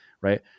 right